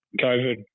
COVID